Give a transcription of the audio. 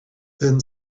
then